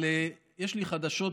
אבל יש לי חדשות